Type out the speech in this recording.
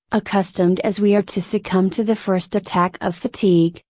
accustomed as we are to succumb to the first attack of fatigue,